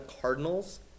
Cardinals